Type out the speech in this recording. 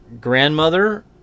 grandmother